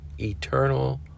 Eternal